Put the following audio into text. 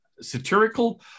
satirical